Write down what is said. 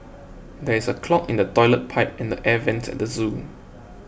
there is a clog in the Toilet Pipe and Air Vents at the zoo